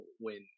win